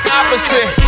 opposite